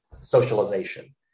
socialization